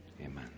amen